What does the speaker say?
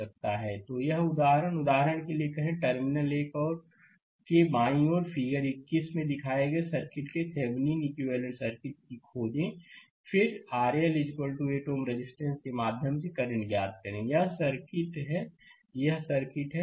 slide समय देखें 1119 तो यह उदाहरण उदाहरण के लिए कहें टर्मिनलों 1 के बाईं ओर के फिगर 21 में दिखाए गए सर्किट के थेवेनिन इक्विवेलेंट सर्किट को खोजें फिर RL 8 Ωरेजिस्टेंस के माध्यम से करंट ज्ञात करें तो यह सर्किट है यह सर्किट है